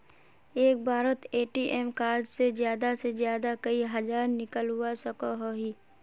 एक बारोत ATM card से ज्यादा से ज्यादा कई हजार निकलवा सकोहो ही?